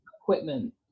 equipment